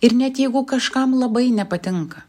ir net jeigu kažkam labai nepatinka